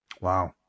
Wow